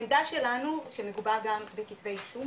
העמדה שלנו שמגובה גם בכתבי אישום